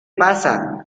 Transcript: pasa